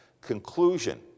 Conclusion